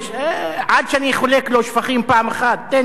עד שאני חולק לו שבחים פעם אחת, תן לי.